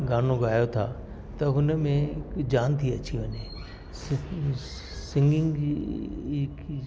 गानो ॻायो था त हुनमें जान थी अची वञे सिंगिंग हिकु